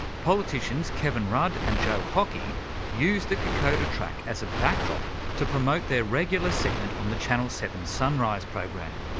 politicians kevin rudd and joe hockey used the kokoda track as a backdrop to promote their regular segment on the channel seven sunrise program.